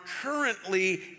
currently